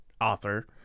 author